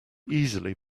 easily